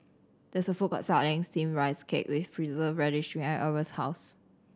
there is a food court selling steam rice cake with preserve radish behind Arvo's house